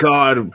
God